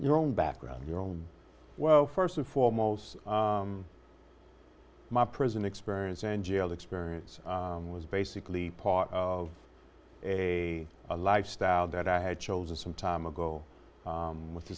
your own background your own well first and foremost my prison experience and jail experience was basically part of a lifestyle that i had chosen some time ago with a